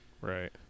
Right